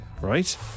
Right